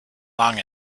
long